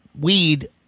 weed